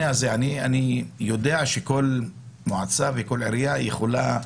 אני יודע שכל מועצה וכל עירייה יכולה לקבוע,